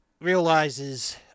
realizes